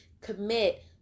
commit